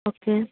okay